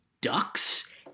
ducks